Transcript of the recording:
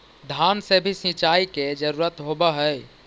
धान मे भी सिंचाई के जरूरत होब्हय?